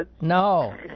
No